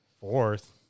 fourth